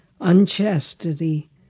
unchastity